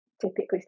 typically